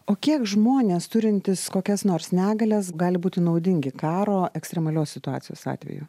o kiek žmonės turintys kokias nors negalias gali būti naudingi karo ekstremalios situacijos atveju